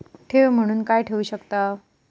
ठेव म्हणून काय ठेवू शकताव?